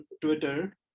Twitter